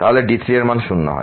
তাহলে D3 এর মান শূন্য হয়